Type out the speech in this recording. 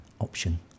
option